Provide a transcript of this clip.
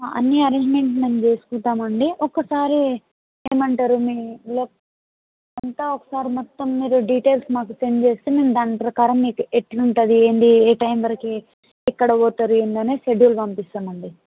అన్నీ అరేంజ్మెంట్స్ మేము చేసుకుంటాము అండి ఒక్కసారి ఏమి అంటారు మీ లైక్ అంతా ఒకసారి మొత్తం మీరు డీటెయిల్స్ మాకు సెండ్ చేస్తే మేము దాని ప్రకారం మీకు ఎట్లా ఉంటుంది ఏంది ఏ టైమ్ వరకు ఎక్కడ పోతారు ఏంది అనేది షెడ్యూల్ పంపిస్తాము అండి